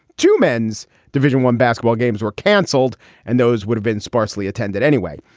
two men's division, one basketball games were canceled and those would have been sparsely attended anyway,